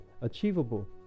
achievable